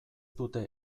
dute